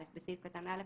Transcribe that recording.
(א)בסעיף קטן (א),